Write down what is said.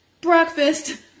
breakfast